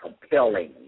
compelling